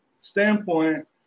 standpoint